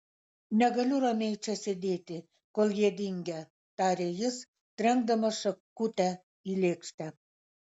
negaliu ramiai čia sėdėti kol jie dingę tarė jis trenkdamas šakutę į lėkštę